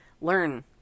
learn